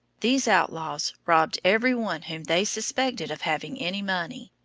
these outlaws robbed every one whom they suspected of having any money,